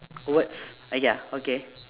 words a~ ya okay